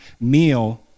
meal